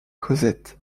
cosette